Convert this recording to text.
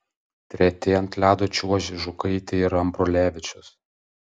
treti ant ledo čiuožė žukaitė ir ambrulevičius